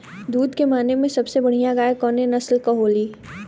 दुध के माने मे सबसे बढ़ियां गाय कवने नस्ल के होली?